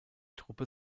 truppe